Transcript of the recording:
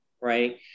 right